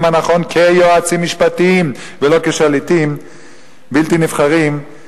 הנכון כיועצים משפטיים ולא כשליטים בלתי נבחרים,